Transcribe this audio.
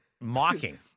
mocking